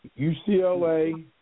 UCLA